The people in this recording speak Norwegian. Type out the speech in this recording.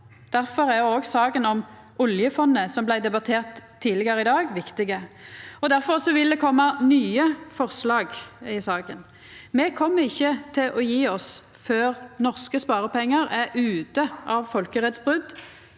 Difor er òg saka om oljefondet, som blei debattert tidlegare i dag, viktig, og difor vil det koma nye forslag i saka. Me kjem ikkje til å gje oss før norske sparepengar er ute av folkerettsbrot